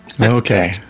Okay